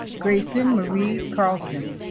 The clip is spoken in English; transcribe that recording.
gracyn marie carlson